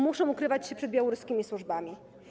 Muszą ukrywać się przed białoruskimi służbami.